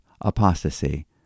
apostasy